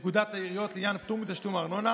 לפקודת העיריות לעניין פטור מתשלום ארנונה